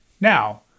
Now